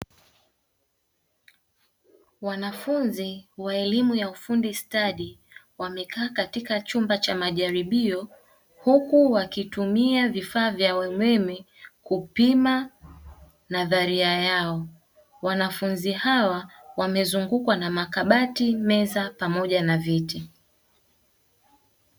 Wanafunzi wa elimu ya ufundi stadi wamekaa katika chumba cha majaribio, huku wakitumia vifaa vya umeme kupima nadhalia yao. Wanafunzi hawa wamezungukwa na makabati, meza pamoja na viti.